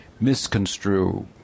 misconstrue